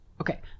Okay